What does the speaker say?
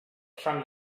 from